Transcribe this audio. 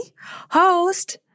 host